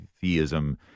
theism